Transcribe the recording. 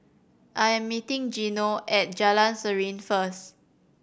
I'm meeting Gino at Jalan Serene first